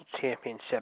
Championship